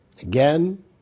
Again